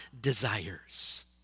desires